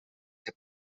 que